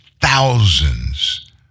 thousands